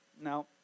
Now